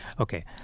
Okay